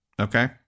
okay